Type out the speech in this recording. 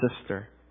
sister